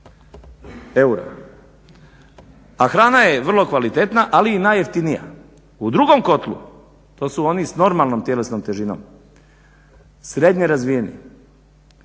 eura, a hrana je vrlo kvalitetna ali i najjeftinija. U drugom kotlu to su oni s normalnom tjelesnom težinom, srednje razvijeni.